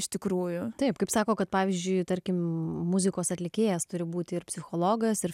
iš tikrųjų taip kaip sako kad pavyzdžiui tarkim muzikos atlikėjas turi būt ir psichologas ir